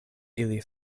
ili